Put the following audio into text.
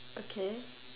okay